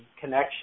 connection